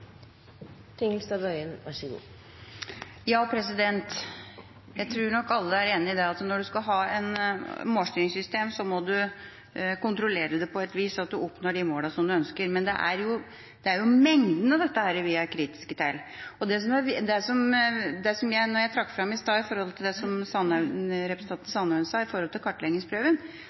Jeg tror nok alle er enig i at når man skal ha et målstyringssystem, må man kontrollere på et vis at man oppnår de målene som man ønsker å nå. Men det er mengden i dette vi er kritisk til. Som jeg trakk fram i stad med hensyn til det representanten Sandaune sa når det gjelder kartleggingsprøver: Det er når vi begynner å øve på kartleggingsprøvene, at det